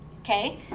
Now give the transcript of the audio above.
Okay